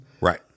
Right